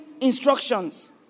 instructions